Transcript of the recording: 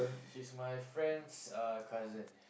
she's my friend's uh cousin